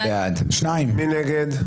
מי נגד?